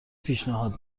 پیشنهاد